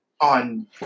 on